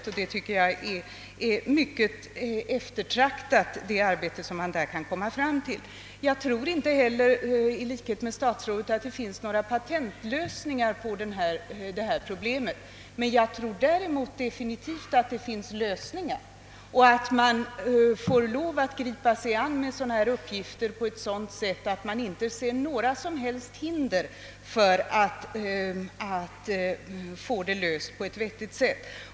Det är säkerligen mycket intressanta synpunkter och förslag som man där kan komma fram till. I likhet med statsrådet tror jag inte heller att det finns någon patentlösning av den fråga det här närmast gäller. Däremot anser jag bestämt att den går att lösa, om man griper sig an uppgifterna på ett vettigt sätt.